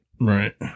Right